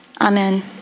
Amen